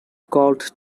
called